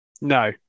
No